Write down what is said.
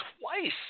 twice